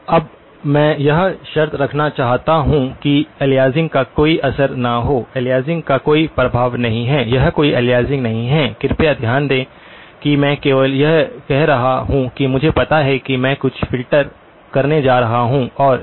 अब मैं यह शर्त रखना चाहता हूं कि अलियासिंग का कोई असर न हो अलियासिंग का कोई प्रभाव नहीं है यह कोई अलियासिंग नहीं है कृपया ध्यान दें कि मैं केवल यह कह रहा हूं कि मुझे पता है कि मैं कुछ फ़िल्टर करने जा रहा हूं और यह